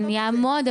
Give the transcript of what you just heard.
יעמוד,